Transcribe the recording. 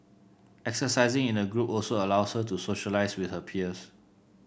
exercising in a group also allows her to socialise with her peers